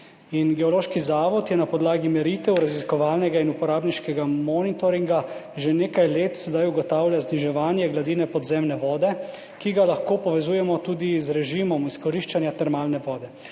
Geološki zavod na podlagi meritev raziskovalnega in uporabniškega monitoringa zdaj že nekaj let ugotavlja zniževanje gladine podzemne vode, ki ga lahko povezujemo tudi z režimom izkoriščanja termalne vode.